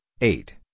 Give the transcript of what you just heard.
eight